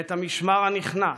ואת המשמר הנכנס,